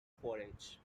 forage